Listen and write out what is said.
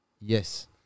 Yes